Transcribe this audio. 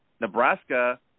Nebraska –